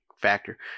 factor